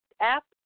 app